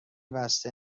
بسته